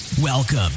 Welcome